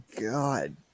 God